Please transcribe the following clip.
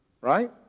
Right